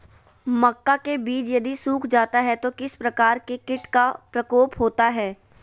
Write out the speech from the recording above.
मक्का के बिज यदि सुख जाता है तो किस प्रकार के कीट का प्रकोप होता है?